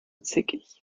zickig